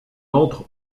entre